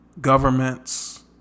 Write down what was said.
governments